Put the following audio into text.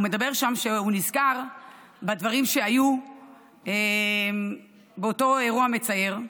הוא אומר שם שהוא נזכר בדברים שהיו באותו אירוע מצער,